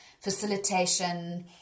facilitation